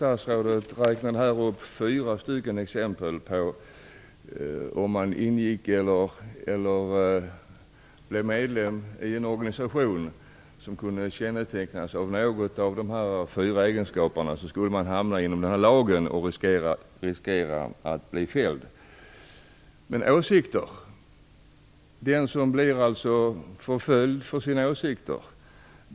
Fru talman! Om man blir medlem i en organisation som kan kännetecknas av någon av de egenskaper som statsrådet räknade upp skulle man hamna under den här lagen och riskera att bli fälld. Men frågan om den som blir förföljd för sina åsikter svarar inte statsrådet på.